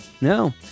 No